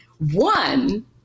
One